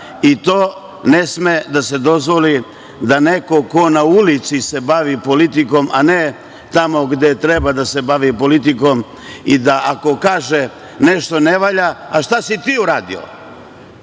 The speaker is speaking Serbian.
i to ne sme da se dozvoli da neko ko na ulici se bavi politikom, a ne tamo gde treba da se bavi politikom i da ako kaže da nešto ne valja, a šta si ti uradio?